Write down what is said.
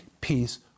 peace